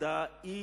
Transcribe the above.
ההפרדה היא